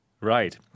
Right